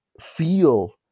feel